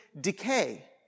decay